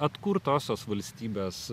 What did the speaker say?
atkurtosios valstybės